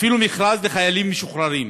אפילו מכרז לחיילים משוחררים.